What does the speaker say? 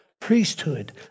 priesthood